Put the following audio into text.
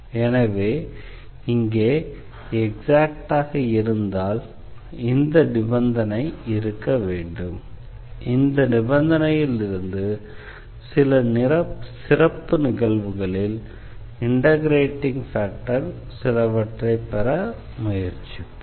எனவே இங்கே எக்ஸாக்டாக இருந்தால் இந்த நிபந்தனை இருக்க வேண்டும் இந்த நிபந்தனையில் இருந்து சில சிறப்பு நிகழ்வுகளில் இண்டெக்ரேட்டிங் ஃபேக்டர் சிலவற்றைப் பெற முயற்சிப்போம்